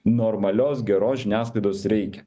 normalios geros žiniasklaidos reikia